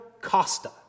Costa